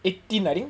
eighteen I think